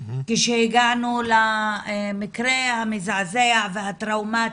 כשהגענו למקרה המזעזע והטראומתי,